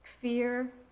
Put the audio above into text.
fear